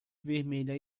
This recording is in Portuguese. vermelha